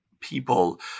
people